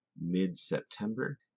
mid-September